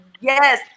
Yes